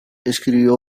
escribió